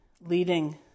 leading